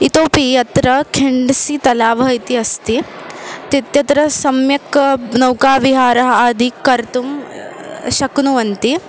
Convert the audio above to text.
इतोपि अत्र खेण्डसि तलावः इति अस्ति तत्र सम्यक् नौकाविहारः आदि कर्तुं शक्नुवन्ति